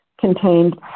contained